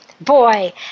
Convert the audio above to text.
Boy